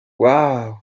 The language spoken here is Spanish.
uau